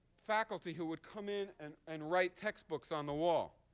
faculty who would come in and and write textbooks on the wall.